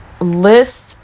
list